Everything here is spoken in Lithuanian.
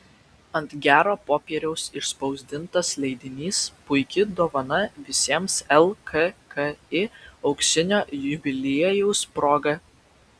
ant gero popieriaus išspausdintas leidinys puiki dovana visiems lkki auksinio jubiliejaus proga